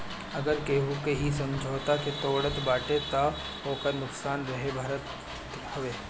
अगर केहू इ समझौता के तोड़त बाटे तअ ओकर नुकसान उहे भरत हवे